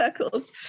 circles